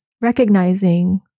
recognizing